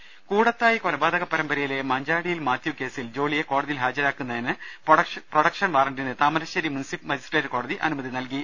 ് കൂടത്തായി കൊലപാതക പരമ്പരയിലെ മഞ്ചാടിയിൽ മാത്യു കേസിൽ ജോളിയെ കോടതിയിൽ ഹാജരാക്കുന്നതിന് പ്രൊഡക്ഷൻ വാറന്റിന് താമരശ്ശേരി മുൻസിഫ് മജിസ്ട്രേറ്റ് കോടതി അനുമതി നൽകി